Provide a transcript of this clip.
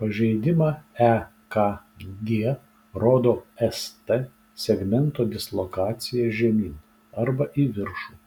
pažeidimą ekg rodo st segmento dislokacija žemyn arba į viršų